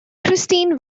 christine